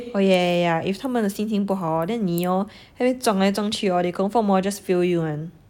oh yeah yeah yeah if 他们的心情不好 hor then 你 hor 撞来撞去 hor they confirm orh just fail you [one]